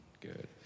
good